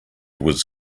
was